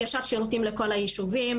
הנגשת השירותים לכל הישובים,